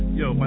yo